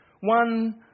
One